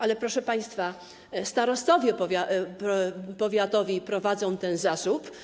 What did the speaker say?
Ale, proszę państwa, starostowie powiatowi prowadzą ten zasób